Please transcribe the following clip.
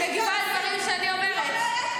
את מגיבה על דברים שאני אומרת.